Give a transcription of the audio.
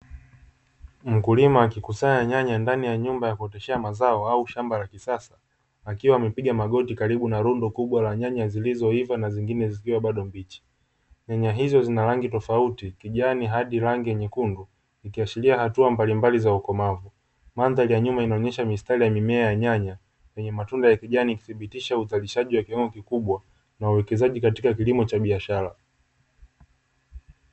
Mkulima akikusanya nyanya ndani ya nyumba ya kuoteshea mazao au shamba la kisasa akiwa amepiga magoti karibu na rundo kubwa la nyanya zilizoiva na zingine zikiwa bado mbichi. Nyanya hizo zina rangi tofauti kijani hadi rangi nyekundu ikiashiria hatua mbalimbali za ukomavu. Mandhari ya nyuma inaonyesha mistari ya mimea ya nyanya yenye matunda ya kijani ikithibitisha uzajishaji wa kiwango kikubwa na uwekezaji katika kilimo cha biashara.